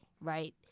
Right